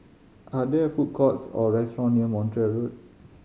are there food courts or restaurant near Montreal Road